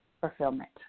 fulfillment